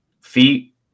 feet